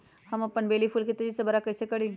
हम अपन बेली फुल के तेज़ी से बरा कईसे करी?